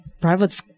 private